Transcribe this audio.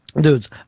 dudes